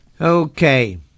Okay